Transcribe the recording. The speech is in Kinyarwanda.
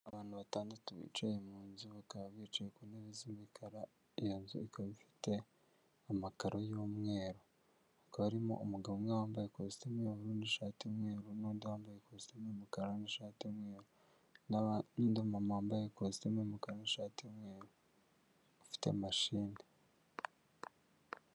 Abantu batandatu bicaye mu nzu bakaba bicaye ku ntebe z'imikara iyo nzu ikaba ifite amakaro y'umweru, hakaba harimo umugabo umwe wambaye ikositimu y'ubururu n'ishati y'umweru n'undi wambaye ikositimu y'umukara ni'ishati wambaye ikositimu y'umukara n'ishati y'umweru ufite mashini.